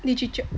literature